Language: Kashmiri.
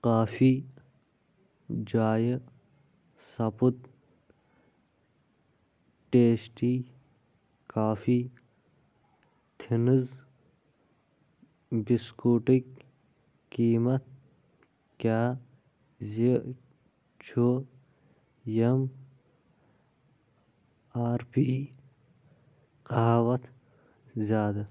کافی جایہِ سَپُد ٹیسٹی کافی تھِنٕز بِسکوٹٕکۍ قیمَت کیٛازِ چھُ ایِٚم آر پی کھۄتہٕ زیادٕ